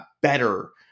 better